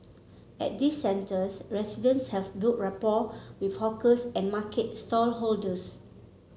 at these centres residents have built rapport with hawkers and market stallholders